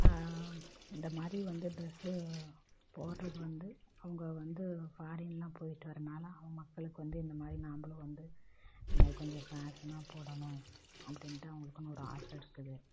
அந்தமாதிரி வந்த ட்ரெஸ்சு போடுறது வந்து அவங்க வந்து ஃபாரின்லாம் போய்ட்டு வர்றதனால அவங்க மக்களுக்கு வந்து இந்தமாதிரி நாங்களும் வந்து இதுமாதிரி கொஞ்சம் ஃபேஷனாக போடணும் அப்படின்ட்டு அவங்களுக்குனு ஒரு ஆசை இருக்குது